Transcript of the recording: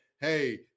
hey